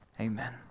amen